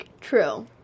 True